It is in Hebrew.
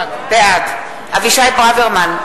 בעד אבישי ברוורמן,